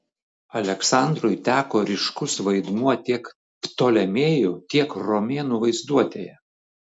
aleksandrui teko ryškus vaidmuo tiek ptolemėjų tiek romėnų vaizduotėje